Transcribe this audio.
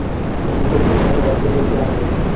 धान की अच्छी पैदावार के लिए क्या करें?